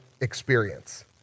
experience